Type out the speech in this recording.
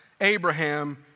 Abraham